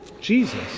Jesus